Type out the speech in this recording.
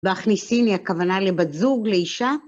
והכניסיני הכוונה לבת זוג, לאישה.